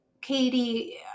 Katie